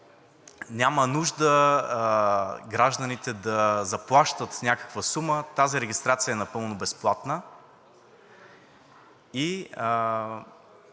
няма нужда гражданите да заплащат някаква сума. Тази регистрация е напълно безплатна.